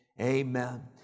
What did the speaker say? amen